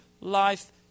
life